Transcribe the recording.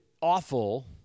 awful